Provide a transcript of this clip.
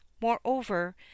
moreover